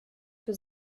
für